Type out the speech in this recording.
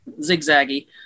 zigzaggy